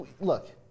Look